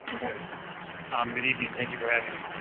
we're good. um good evening, thank you for having me.